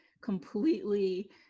completely